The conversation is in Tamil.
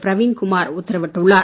பிரவீண் குமார் உத்தரவிட்டுள்ளார்